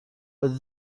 but